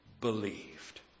believed